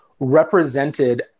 represented